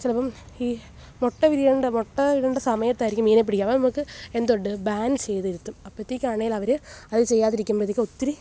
ചിലപ്പം ഈ മുട്ട വിരിയേണ്ട മുട്ട ഇടേണ്ട സമയത്തായിരിക്കും മീനിനെ പിടിക്കുക അപ്പം നമുക്ക് എന്തുണ്ട് ബാന് ചെയ്ത് ഇരുത്തും അപ്പോഴത്തേക്കാണേല് അവർ അത് ചെയ്യാതിരിക്കുമ്പോഴത്തേക്ക് ഒത്തിരി